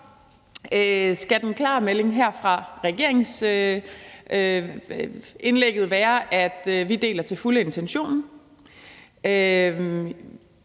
skal den klare melding her i regeringsindlægget være, at vi til fulde deler